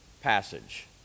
Passage